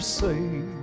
say